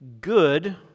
good